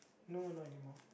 no not anymore